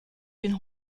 den